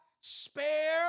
spare